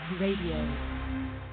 Radio